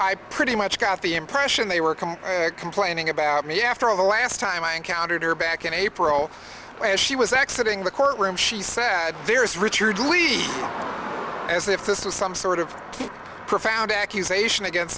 i pretty much got the impression they were complaining about me after all the last time i encountered her back in april as she was exit in the courtroom she sat there is richard lee as if this was some sort of profound accusation against